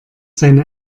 seine